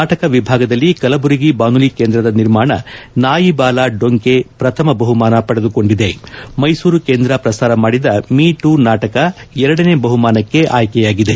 ನಾಟಕ ವಿಭಾಗದಲ್ಲಿ ಕಲಬುರಗಿ ಬಾನುಲಿ ಕೇಂದ್ರದ ನಿರ್ಮಾಣ ನಾಯಿ ಬಾಲ ಡೊಂಕೆ ಪ್ರಥಮ ಬಹುಮಾನ ಪಡೆದುಕೊಂಡಿದೆ ಮೈಸೂರು ಕೇಂದ್ರ ಪ್ರಸಾರ ಮಾಡಿದ ಮಿಟೂ ನಾಟಕ ಎರಡನೇ ಬಹುಮಾನಕ್ಕೆ ಆಯ್ಕೆಯಾಗಿದೆ